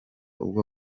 ubwo